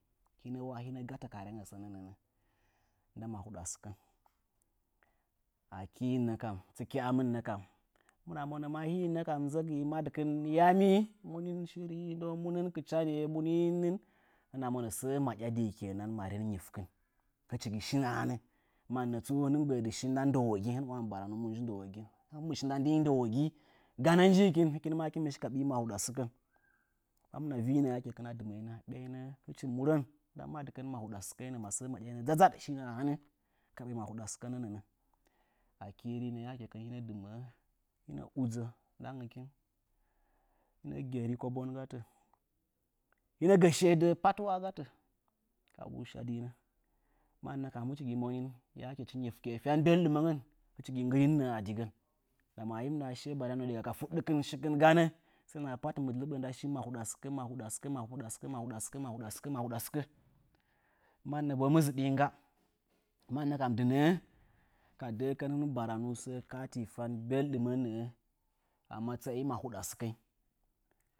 Hinə na hinə gatə ka rengə sənə nəə nda mahiɗa sɨkən. Akɨ nə kam, tsɨkya'amɨn hɨmɨna monə, yam hɨ nə ja nzəgɨ madɨkɨn mu nɨn kɨchanye, mu nɨ shiriyi? Hɨna monə səə maɗyadɨ ke nan manin nyifkɨn. Hɨchi nɨ shin a hana, mannə tsu hɨn mɨ shi nda ndawoginyi, hɨ mɨ uya baranu mu nji ndənogi. nda ndɨ ndəwogi ganən nə kam hɨkin mɨ shi ka ɓɨ mahuɗa sɨkən. Hɨmina vɨnə a dima'əinə a ɓeinə ndəinə mahuɗa sɨkə ka hɨchi murən nda madɨkɨngən. Dzadzaɗ shiye a hanə ka ɓe mahuɗa sɨkənə nə'ə. Akɨ nɨ hinɗa ɗɨməə hina udzə, hinəa geri kobon wa gatə, hinɗa gə səə də'ə wa pat gatə kabuu shadɨ nə. Mannə kam hɨchi nɨ monin nyifkie fyan belɗum mangən, hɨchi nɨ nggɨrini nəə a digən. Ndama madyakɨn shikɨn ganə hɨkinmɨ hiɓə nda shi mahuɗa sɨkə, mahuɗa sɨkə, mahuɗa sɨkə, mahuɗa sɨkə, mahuɗa sɨkə, mahuɗa sɨka, manna tsu hɨkin mɨ ziɗɨ ngga. Mannə kam dɨ nə mɨ dəə hɨn mɨ baranuu səə ka'atɨ nəə a matsaye mahuɗa sɨkənyi.